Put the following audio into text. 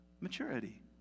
maturity